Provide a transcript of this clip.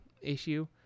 issue